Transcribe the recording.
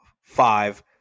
five